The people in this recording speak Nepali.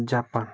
जापान